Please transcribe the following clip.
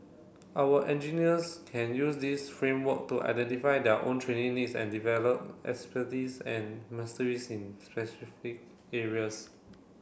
our engineers can use this framework to identify their own training needs and develop and mastery in specific areas